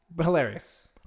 hilarious